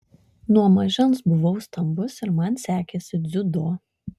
nuo mažens buvau stambus ir man sekėsi dziudo